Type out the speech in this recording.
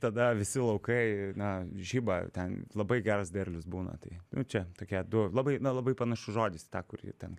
tada visi laukai na žiba ten labai geras derlius būna tai čia tokie du labai na labai panašus žodis į tą kurį ten